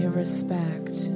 respect